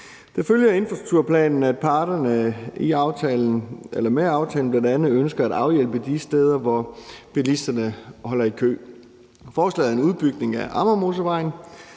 Det følger af infrastrukturplanen, at parterne med aftalen bl.a. ønsker at afhjælpe de steder, hvor bilisterne holder i kø. Forslaget er en udbygning af Amagermotorvejen,